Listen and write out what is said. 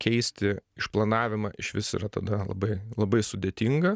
keisti išplanavimą išvis yra tada labai labai sudėtinga